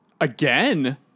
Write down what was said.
Again